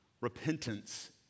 Repentance